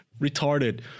retarded